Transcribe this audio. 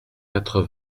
quatre